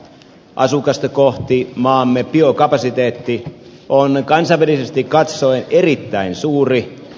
asukasta kohti maamme biokapasiteetti on kansainvälisesti katsoen erittäin suuri